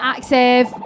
Active